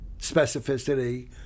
specificity